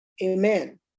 Amen